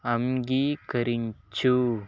అంగీకరించు